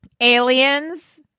Aliens